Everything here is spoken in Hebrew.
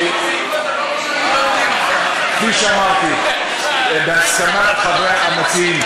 כפי שאמרתי, בהסכמת המציעים,